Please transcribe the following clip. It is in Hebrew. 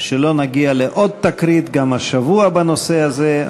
שלא נגיע לעוד תקרית, גם השבוע, בנושא הזה.